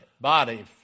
body